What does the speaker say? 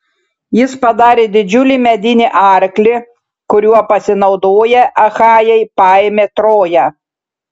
jis padarė didžiulį medinį arklį kuriuo pasinaudoję achajai paėmė troją